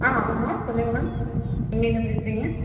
ஆ ஆமா சொல்லுங்க மேம் எங்கேர்ந்து பேசுறீங்க